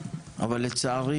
אבל לצערי,